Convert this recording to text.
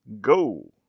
go